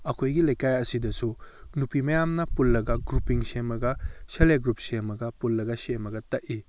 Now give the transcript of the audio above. ꯑꯩꯈꯣꯏꯒꯤ ꯂꯩꯀꯥꯏ ꯑꯁꯤꯗꯁꯨ ꯅꯨꯄꯤ ꯃꯌꯥꯝꯅ ꯄꯨꯜꯂꯒ ꯒ꯭ꯔꯨꯄꯤꯡ ꯁꯦꯝꯃꯒ ꯁꯦꯂꯦ ꯒ꯭ꯔꯨꯞ ꯁꯦꯝꯃꯒ ꯄꯨꯜꯂꯒ ꯁꯦꯝꯃꯒ ꯇꯛꯏ